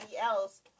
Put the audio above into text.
else